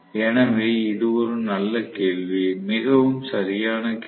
எனவே இது ஒரு நல்ல கேள்வி மிகவும் சரியான கேள்வி